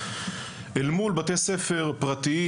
אל מול בתי ספר פרטיים,